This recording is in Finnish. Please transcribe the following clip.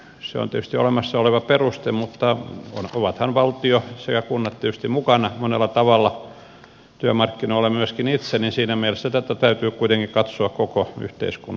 se on tietysti olemassa oleva peruste mutta ovathan valtio sekä kunnat mukana monella tavalla työmarkkinoilla myöskin itse niin että siinä mielessä tätä täytyy kuitenkin katsoa koko yhteiskunnan tasolta